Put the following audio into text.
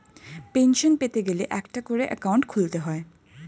pension পেতে গেলে একটা করে অ্যাকাউন্ট খুলতে হয়